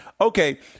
Okay